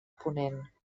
ponent